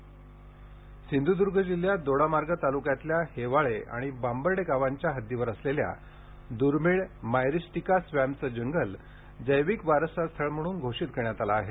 सिंधदर्ग वारसा स्थळ सिंधुदूर्ग जिल्ह्यात दोडामार्ग तालुक्यात हेवाळे आणि बांबर्डे गावांच्या हद्दीवर असलेल्या दूर्मीळ मायरिस्टिका स्वॅम्पच जंगल जैविक वारसा स्थळ म्हणून घोषित करण्यात आल आहे